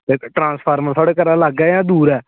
transformer थुआढ़े घरा लागै जां दूर ऐ